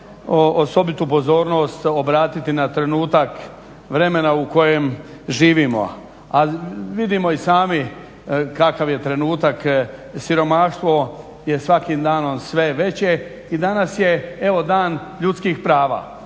osobitu pozornost obratiti na trenutak vremena u kojem živimo. A vidimo i sami kakav je trenutak, siromaštvo je svakim danom sve veće i danas je evo Dan ljudskih prava.